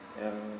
ya